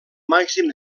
màxim